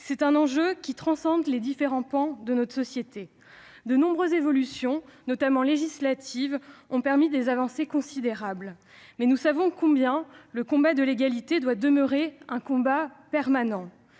cet enjeu majeur transcende les différents pans de notre société. De nombreuses évolutions, notamment législatives, ont déjà permis des avancées considérables, mais nous savons que le combat de l'égalité demeure un combat permanent